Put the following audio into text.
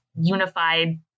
unified